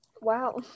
Wow